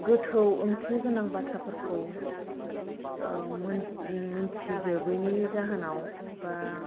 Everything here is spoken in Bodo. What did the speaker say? गोथौ अंथि गोनां बाथ्राफोरखौ मिन्थिजोबैनि जाहोनाव बा